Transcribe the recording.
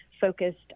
focused